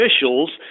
officials